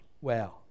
Wow